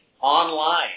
online